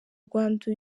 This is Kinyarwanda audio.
rwanda